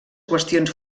qüestions